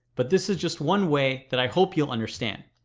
but this is just one way that i hope you'll understand.